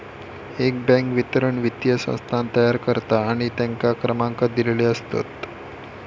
एक बॅन्क विवरण वित्तीय संस्थान तयार करता आणि तेंका क्रमांक दिलेले असतत